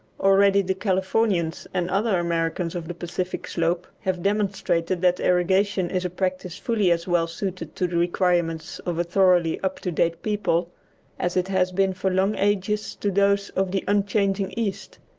already the californians and other americans of the pacific slope have demonstrated that irrigation is a practice fully as well suited to the requirements of a thoroughly up-to-date people as it has been for long ages to those of the unchanging east.